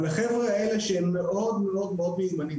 אבל החבר'ה האלה שהם מאוד מאוד מאוד מיומנים,